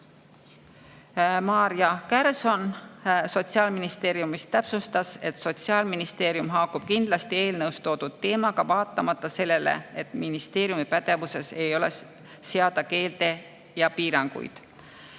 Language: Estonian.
Maarja Kärson Sotsiaalministeeriumist täpsustas, et Sotsiaalministeerium haakub kindlasti eelnõu teemaga, vaatamata sellele, et ministeeriumi pädevuses ei ole seada keelde ja piiranguid.